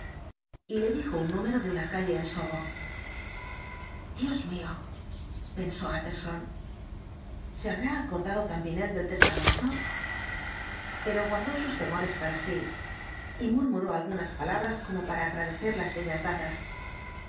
y le dijo un número de una calle en sobo dios mío pensó utterson se habrá acordado también él del testamento pero guardó sus temores para sí y murmuró algunas palabras como para agradecer las señas dadas